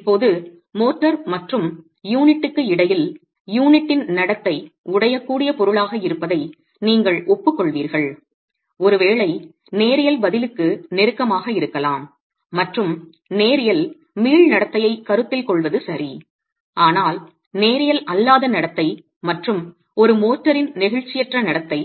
இப்போது மோர்டார் மற்றும் யூனிட்டுக்கு இடையில் யூனிட்டின் நடத்தை உடையக்கூடிய பொருளாக இருப்பதை நீங்கள் ஒப்புக்கொள்வீர்கள் ஒருவேளை நேரியல் பதிலுக்கு நெருக்கமாக இருக்கலாம் மற்றும் நேரியல் மீள் நடத்தையை கருத்தில் கொள்வது சரி ஆனால் நேரியல் அல்லாத நடத்தை மற்றும் ஒரு மோர்டரின் நெகிழ்ச்சியற்ற நடத்தை